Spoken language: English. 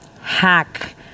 hack